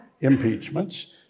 impeachments